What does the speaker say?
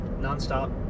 nonstop